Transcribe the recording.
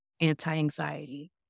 anti-anxiety